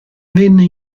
venne